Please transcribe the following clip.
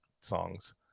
songs